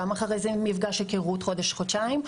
וגם אחרי זה למפגש היכרות חודש-חודשיים.